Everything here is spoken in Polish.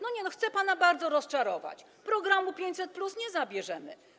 No nie, chcę pana bardzo rozczarować: programu 500+ nie zabierzemy.